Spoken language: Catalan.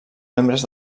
membres